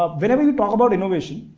ah whenever we talk about innovation,